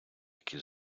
які